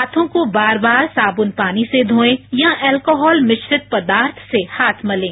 हांथों को बार बार साबुन पानी से धोएं या अल्कोहल मिश्रित पदार्थ से हाथ मलें